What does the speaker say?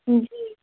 جی